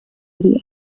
media